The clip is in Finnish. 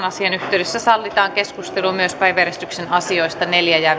asian yhteydessä sallitaan keskustelu myös päiväjärjestyksen neljäs ja